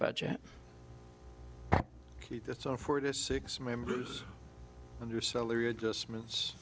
budget so four to six members under salary adjustments